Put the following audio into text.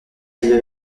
est